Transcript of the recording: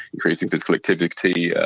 increasing physical activity, yeah